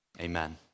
Amen